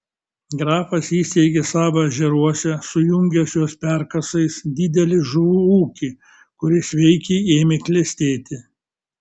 grafas įsteigė savo ežeruose sujungęs juos perkasais didelį žuvų ūkį kuris veikiai ėmė klestėti